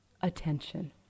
attention